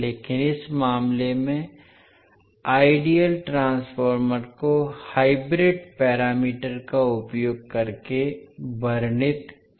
लेकिन इस मामले में आइडियल ट्रांसफार्मर को हाइब्रिड पैरामीटर का उपयोग करके वर्णित किया जा सकता है